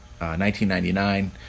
1999